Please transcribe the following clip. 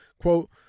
quote